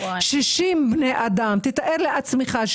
תאר לעצמך,